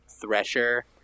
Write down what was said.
thresher